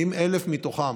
האם 1,000 מתוכם